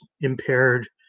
impaired